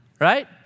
Right